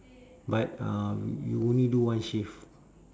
but um you only do one shift